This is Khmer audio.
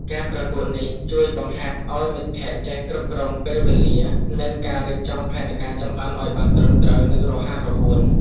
ការប្រកួតនេះជួយបង្ហាត់ឱ្យមិត្តភក្តិចេះគ្រប់គ្រងពេលវេលា និងការរៀបចំផែនការចម្អិនឱ្យបានត្រឹមត្រូវ និងរហ័សរហួន។